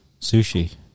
Sushi